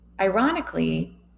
Ironically